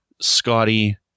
Scotty